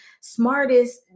smartest